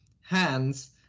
hands